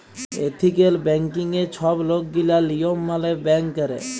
ethical ব্যাংকিংয়ে ছব লকগিলা লিয়ম মালে ব্যাংক ক্যরে